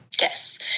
Yes